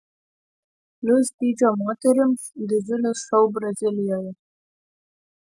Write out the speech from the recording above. plius dydžio moterims didžiulis šou brazilijoje